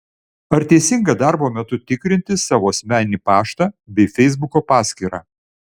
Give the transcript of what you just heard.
ar teisinga darbo metu tikrinti savo asmeninį paštą bei feisbuko paskyrą